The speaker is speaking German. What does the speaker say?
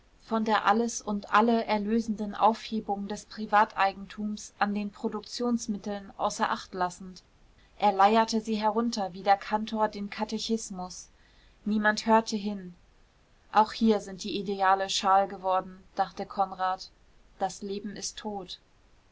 von der alles und alle erlösenden aufhebung des privateigentums an den produktionsmitteln außer acht lassend er leierte sie herunter wie der kantor den katechismus niemand hörte hin auch hier sind die ideale schal geworden dachte konrad das leben ist tot